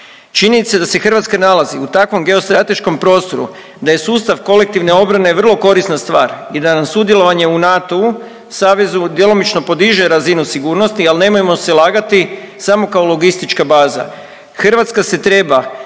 Činjenica da se Hrvatska nalazi u takvom geostrateškom prostoru, da je sustav kolektivne obrane vrlo korisna stvar i da nam sudjelovanje u NATO-u, savezu djelomično podiže razinu sigurnosti ali nemojmo se lagati, samo kao logistička baza. Hrvatska se treba